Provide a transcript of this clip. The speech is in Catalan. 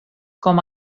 com